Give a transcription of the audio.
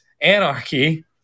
Anarchy